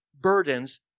Burdens